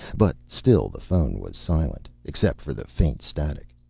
but still the phone was silent, except for the faint static.